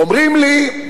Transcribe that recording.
אומרים לי,